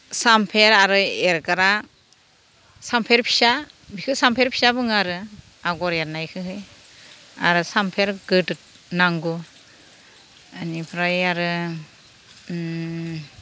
सामफेर आरो एरग्रा सामफेर फिसा बिखो सामफेर फिसा बुङो आरो आगर एरनायखोनो आरो सामफेर गोदोर नांगौ बेनिफ्राय आरो